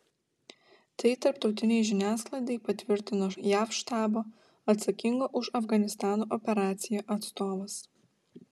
tai tarptautinei žiniasklaidai patvirtino jav štabo atsakingo už afganistano operaciją atstovas